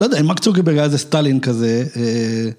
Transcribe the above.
לא יודע, אם מארק צוקרברג היה איזה סטאלין כזה, אה...